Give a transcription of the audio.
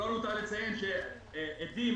העובדה שעדים